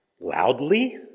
loudly